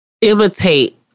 imitate